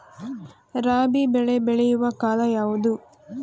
ರಾಬಿ ಬೆಳೆ ಬೆಳೆಯುವ ಕಾಲ ಯಾವುದು?